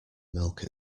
milk